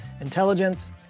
intelligence